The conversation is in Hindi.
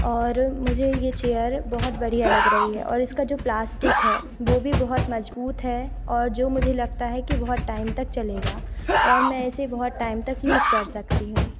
और मुझे ये चेयर बहुत बढ़िया लग रही है और इसका जो प्लास्टिक है वो भी बहुत मजबूत है और जो मुझे लगता है कि बहुत टाइम तक चलेगा और मैं इसे बहुत टाइम तक यूज कर सकती हूँ